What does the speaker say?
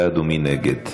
מי בעד ומי נגד?